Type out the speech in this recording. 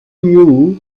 knew